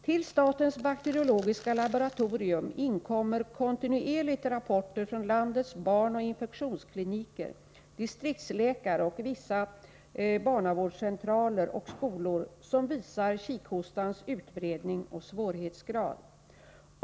Till statens bakteriologiska laboratorium inkommer kontinuerligt rapporter från landets barnoch infektionskliniker, distriktsläkare och vissa barnavårdscentraler och skolor, som visar kikhostans utbredning och svårighetsgrad.